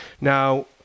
Now